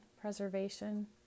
preservation